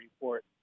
report